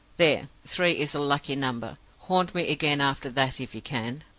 there! three is a lucky number. haunt me again, after that, if you can!